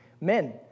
Men